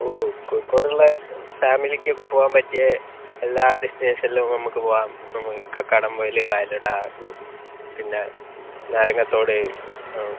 ഓ കോഴിക്കോടുള്ള ഫാമിലിക്കൊക്കെ പോകാൻ പറ്റിയ എല്ലാ ഡെസ്റ്റിനേഷനിൽ ഒക്കെ നമുക്ക് പോകാം നമുക്ക് കക്കാടം മുതൽ വയലട പിന്നെ നാരങ്ങത്തോട്